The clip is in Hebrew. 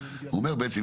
הוא אומר בעצם,